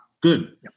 good